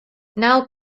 now